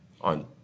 on